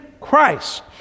christ